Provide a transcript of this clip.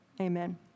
Amen